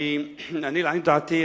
לעניות דעתי,